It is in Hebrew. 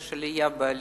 יש עלייה בעלייה,